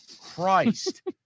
Christ